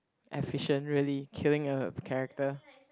efficient really killing a character